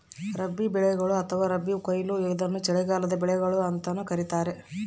ರಬಿ ಬೆಳೆಗಳು ಅಥವಾ ರಬಿ ಕೊಯ್ಲು ಇದನ್ನು ಚಳಿಗಾಲದ ಬೆಳೆಗಳು ಅಂತಾನೂ ಎಂದೂ ಕರೀತಾರ